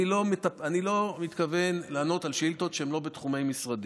אני לא מתכוון לענות על שאילתות שהן לא בתחומי משרדי,